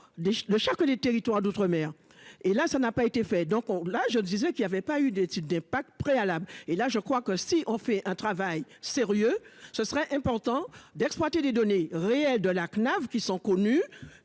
le chèque que les territoires d'outre-mer et là, ça n'a pas été fait donc on là je disais qu'il n'y avait pas eu d'étude d'impact préalable et là je crois que si on fait un travail sérieux, ce serait important d'exploiter les données réelles de la CNAV, qui sont connus,